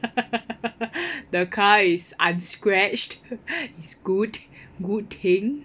the car is unscratched it's good good thing